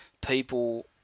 people